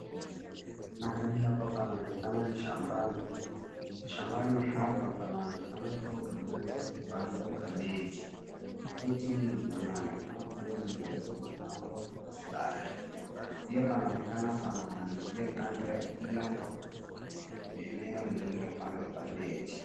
Mahali hapa panaonekana ni shambani. Shambani hapa panaonekana kuwa pameweza kupandwa kabeji. Kabeji hizi zinaonkeana kuwa zimeweza kupangwa kwa mstari. Pia panaonekana pana manjia kando ya kila eneo lililopandwa kabeji.